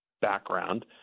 background